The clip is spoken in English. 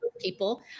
people